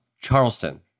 Charleston